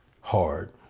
hard